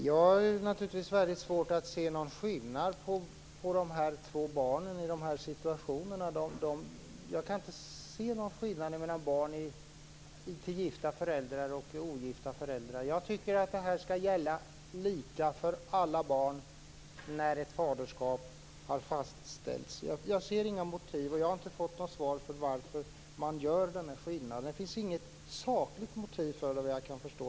Fru talman! Jag har väldigt svårt att se någon skillnad mellan barn till gifta föräldrar och barn till ogifta föräldrar i den här situationen. Jag tycker att detta skall gälla lika för alla barn när ett faderskap har fastställts. Jag ser inga motiv till att göra den här skillnaden. Det finns inget sakligt motiv, vad jag kan förstå.